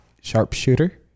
sharpshooter